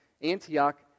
Antioch